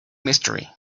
mystery